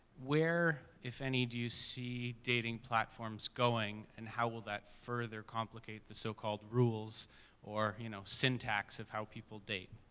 where, if any, do you see dating platforms going, and how will that further complicate the so called rules or, you know, syntax of how people date?